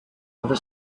over